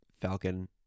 Falcon